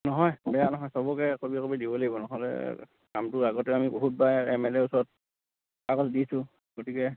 নহয় বেয়া নহয় চবকে একপি একপি দিব লাগিব নহ'লে কামটোৰ আগতে আমি বহুতবাৰ এম এল এৰ ওচৰত কাকজ দিছোঁ গতিকে